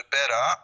better